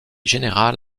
général